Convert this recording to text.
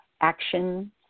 action